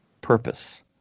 purpose